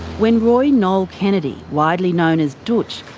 when roy noel kennedy, widely known as dootch,